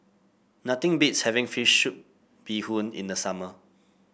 nothing beats having fish soup Bee Hoon in the summer